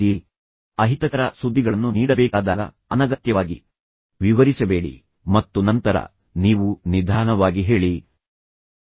ಈಗ ಸಾಮಾನ್ಯವಾಗಿ ನೀವು ಅಹಿತಕರ ಸುದ್ದಿಗಳನ್ನು ನೀಡಬೇಕಾದಾಗ ಅನಗತ್ಯವಾಗಿ ವಿವರಿಸಬೇಡಿ ಸರಿ ಸಂಬಂಧವಿಲ್ಲದ ವಿಷಯಗಳನ್ನು ಹೇಳಲು ಪ್ರಯತ್ನಿಸಬೇಡಿ ಮತ್ತು ನಂತರ ನೀವು ನಿಧಾನವಾಗಿ ಹೇಳಿದರೆ ಅದು ಇನ್ನೊಬ್ಬ ವ್ಯಕ್ತಿಗೆ ಕಿರಿಕಿರಿ ಉಂಟುಮಾಡುತ್ತದೆ